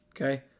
Okay